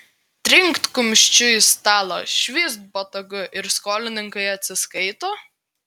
trinkt kumščiu į stalą švyst botagu ir skolininkai atsiskaito